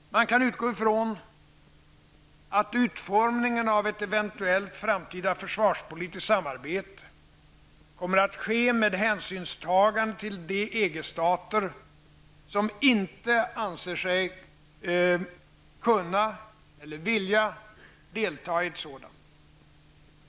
Man kan utgå från att utformningen av ett eventuellt framtida försvarspolitiskt samarbete kommer att ske med hänsynstagande till de EG stater som inte anser sig kunna eller vilja delta i ett sådant.